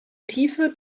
tiefe